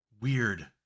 weird